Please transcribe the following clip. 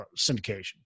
syndication